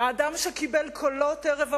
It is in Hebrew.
האדם שקיבל קולות ערב הבחירות,